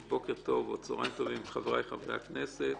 בוקר טוב חבריי חברי הכנסת.